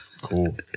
Cool